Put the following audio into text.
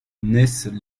naissent